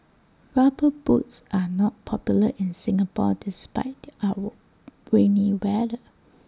rubber boots are not popular in Singapore despite the our rainy weather